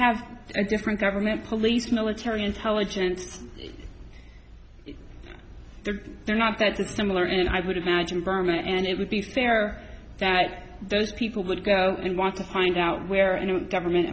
have a different government police military intelligence there are not that similar and i would imagine burma and it would be fair that those people would go and want to find out where any government